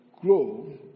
grow